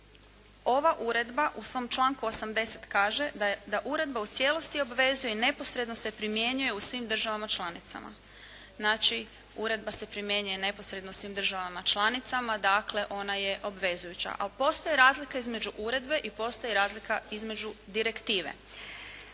ova uredba u svom članku 80. kaže da uredba u cijelosti obvezuje i neposredno se primjenjuje u svim državama članicama. Znači uredba se primjenjuje neposredno u svim državama članicama, dakle ona je obvezujuća. Ali postoje razlika između uredbe i postoji razlika između direktive